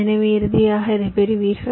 எனவே இறுதியாக இதைப் பெறுவீர்கள்